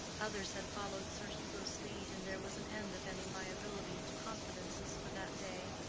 others had followed sir hugo's lead, and there was an end of any liability to confidences for that day.